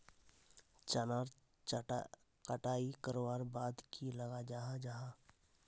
चनार कटाई करवार बाद की लगा जाहा जाहा?